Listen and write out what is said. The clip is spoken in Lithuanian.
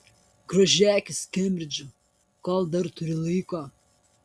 grožėkis kembridžu kol dar turi laiko